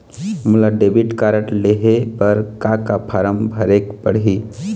मोला debit card लेहे बर का का फार्म भरेक पड़ही?